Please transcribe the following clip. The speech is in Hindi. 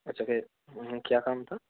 अच्छा क्या क्या काम था